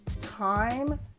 Time